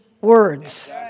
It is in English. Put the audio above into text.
words